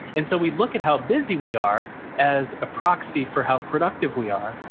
and so we look at how busy we are as a proxy for how productive we are.